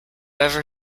ever